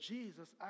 Jesus